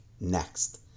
next